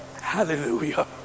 Hallelujah